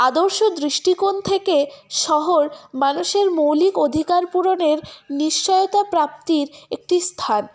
আদর্শ দৃষ্টিকোণ থেকে শহর মানুষের মৌলিক অধিকার পূরণের নিশ্চয়তা প্রাপ্তির একটি স্থান